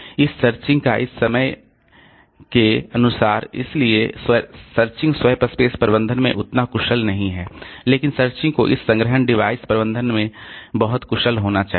इस सर्चिंग का इस समय के अनुसार इसलिए सर्चिंग स्वैप स्पेस प्रबंधन में उतना कुशल नहीं है लेकिन सर्चिंग को इस संग्रहण डिवाइस प्रबंधन में बहुत कुशल होना चाहिए